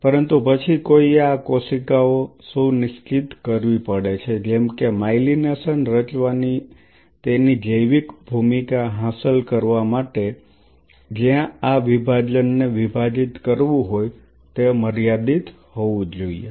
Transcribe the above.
પરંતુ પછી કોઈએ આ કોશિકાઓ સુનિશ્ચિત કરવી પડે છે કેમકે જે માયલીનેશન રચવાની તેની જૈવિક ભૂમિકા હાંસલ કરવા માટે જ્યાં આ વિભાજનને વિભાજિત કરવું હોય તે મર્યાદિત હોવું જોઈએ